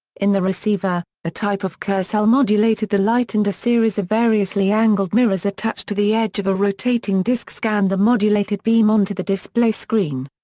in the receiver, a type of kerr cell modulated the light and a series of variously angled mirrors attached to the edge of a rotating disc scanned the modulated beam onto the display screen.